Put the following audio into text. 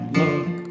look